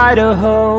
Idaho